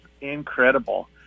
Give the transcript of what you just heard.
incredible